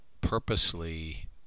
purposely